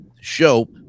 show